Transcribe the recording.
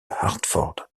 hartford